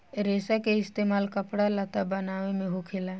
रेसा के इस्तेमाल कपड़ा लत्ता बनाये मे होखेला